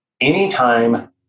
Anytime